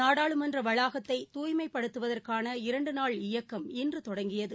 நாடாளுமன்றவளாகத்தை தூய்மைப்படுத்துவதற்கான இரண்டுநாள் இயக்கம் இன்றுதொடங்கியது